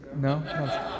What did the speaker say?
No